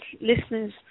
listeners